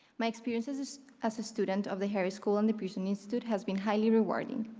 my experiences as as a student of the harris school and the pearson institute has been highly rewarding.